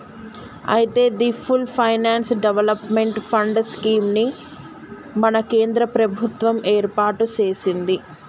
అయితే the full finance development fund scheme ని మన కేంద్ర ప్రభుత్వం ఏర్పాటు సెసింది